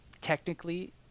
technically